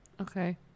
okay